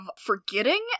forgetting